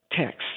text